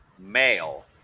male